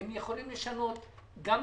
הם יכולים לשנות גם מבחינתם,